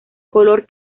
color